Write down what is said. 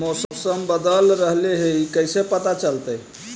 मौसम बदल रहले हे इ कैसे पता चलतै?